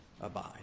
abide